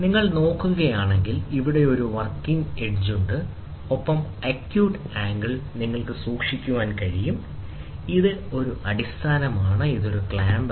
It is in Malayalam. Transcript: നിങ്ങൾ നോക്കുകയാണെങ്കിൽ ഇവിടെ ഒരു വർക്കിംഗ് എഡ്ജ് ഉണ്ട് ഒപ്പം ആക്യൂട്ട് ആംഗിൾ നിങ്ങൾക്ക് സൂക്ഷിക്കാൻ കഴിയും ഇത് ഒരു അടിസ്ഥാനമാണ് ഇത് ഒരു ക്ലാമ്പാണ്